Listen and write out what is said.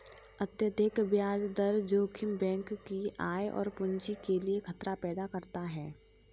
अत्यधिक ब्याज दर जोखिम बैंक की आय और पूंजी के लिए खतरा पैदा करता है